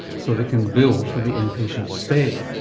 so they can bill for the in-patient stay.